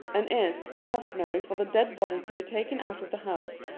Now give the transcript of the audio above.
and is, customary for the dead body to be taken out of the house,